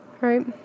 Right